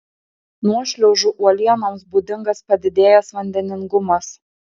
nuošliaužų uolienoms būdingas padidėjęs vandeningumas